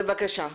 בבקשה.